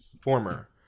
Former